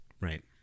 right